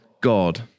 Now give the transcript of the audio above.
God